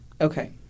Okay